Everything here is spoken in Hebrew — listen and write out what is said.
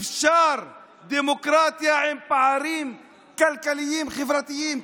אפשר דמוקרטיה עם פערים כלכליים חברתיים?